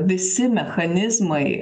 visi mechanizmai